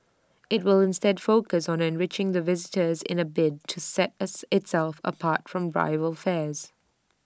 IT will instead focus on enriching the visitor's in A bid to set as itself apart from rival fairs